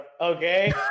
okay